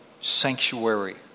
sanctuary